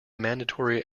mandatory